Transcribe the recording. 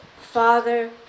Father